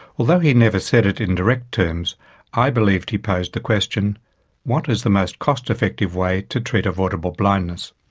although he never said it in direct terms i believe that he posed the question what is the most cost effective way to treat avoidable blindness'.